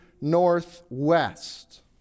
northwest